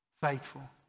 faithful